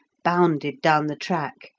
bounded down the track,